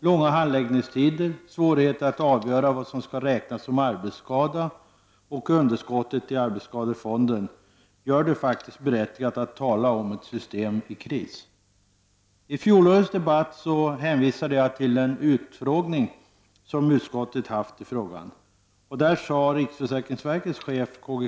Långa handläggningstider, svårigheter att avgöra vad som skall räknas som arbetsskada och underskottet i arbetsskadefonden gör det faktiskt berättigat att tala om ett system i kris. I fjolårets debatt hänvisade jag till den utfrågning som utskottet haft i frågan. Där sade riksförsäkringsverkets chef K.G.